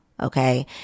Okay